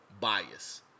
bias